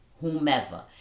whomever